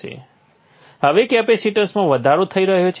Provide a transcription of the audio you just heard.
સંદર્ભ સમય 2449 હવે કેપેસિટન્સમાં વધારો થઈ રહ્યો છે